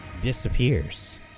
disappears